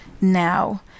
now